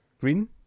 Green